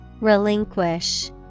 Relinquish